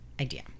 idea